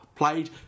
Played